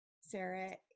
Sarah